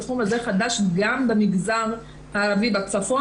התחום הזה חדש גם במגזר הערבי בצפון.